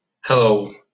Hello